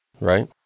right